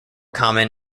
common